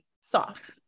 soft